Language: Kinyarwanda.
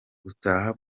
gutaha